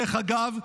דרך אגב,